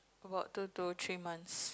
about two to three months